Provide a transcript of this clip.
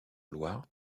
loire